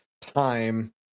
time